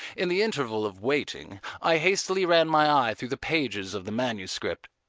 in the interval of waiting, i hastily ran my eye through the pages of the manuscript.